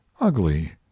Ugly